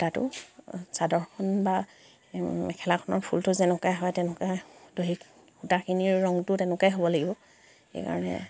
সূতাটো চাদৰখন বা মেখেলাখনৰ ফুলটো যেনেকুৱা হয় তেনেকুৱা দহি সূতাখিনিৰ ৰংটো তেনেকুৱাই হ'ব লাগিব সেইকাৰণে